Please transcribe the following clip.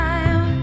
Time